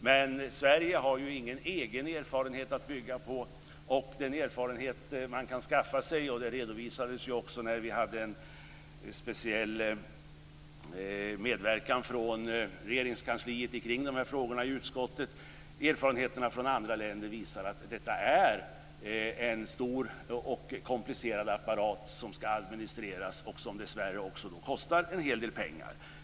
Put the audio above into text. Men Sverige har ju ingen egen erfarenhet att bygga på. Den erfarenhet man kan skaffa sig från andra länder - och det redovisades också när vi hade en speciell medverkan från Regeringskansliet om de här frågorna i utskottet - visar att detta är en stor och komplicerad apparat som ska administreras och som dessvärre också kostar en hel del pengar.